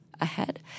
ahead